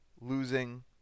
losing